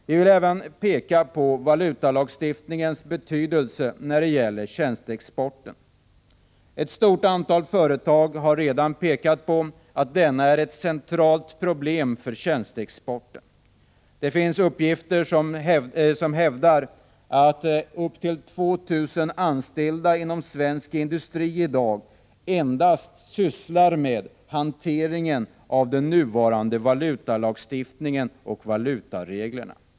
Vi vill även peka på valutalagstiftningens betydelse när det gäller tjänsteexport. Ett stort antal företag har redan pekat på att denna lagstiftning är ett centralt problem för tjänsteexporten. Från vissa håll hävdar man att upp till 2 000 anställda inom svensk industri i dag sysslar enbart med hantering av nuvarande valutalagstiftning och valutaregler.